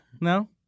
No